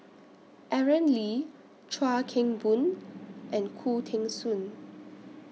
Aaron Lee Chuan Keng Boon and Khoo Teng Soon